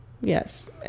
Yes